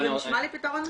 זה נשמע לי פתרון מצוין.